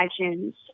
iTunes